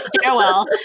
stairwell